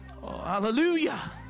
hallelujah